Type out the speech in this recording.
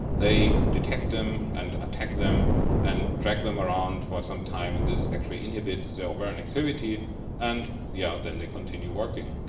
they detect them and attack them and drag them around for some time and this actually inhibits their ovarian activity and yeah then they continue working.